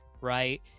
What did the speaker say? right